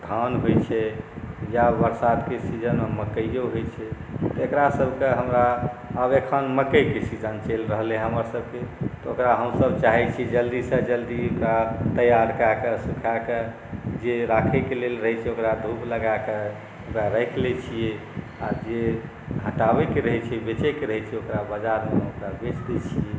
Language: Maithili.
धान होइ छै इएह बरसातके सीजनमे मकइओ होइ छै एकरा सबके हमरा आब एखन मकइके सीजन चलि रहलै हँ ओकरा हमसब चाहै छिए जल्दीसँ जल्दी तैयार कऽ कए सुखाकऽ जे राखै लेल होइ छै ओकरा धूप लगाकऽ राखि लै छिए आओर जकरा हटेबाक रहै छै बेचैके रहै छै ओकरा बेचि दै छिए